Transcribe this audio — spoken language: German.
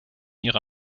ihre